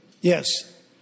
Yes